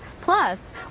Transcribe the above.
Plus